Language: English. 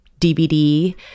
DVD